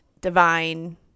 divine